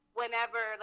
whenever